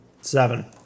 Seven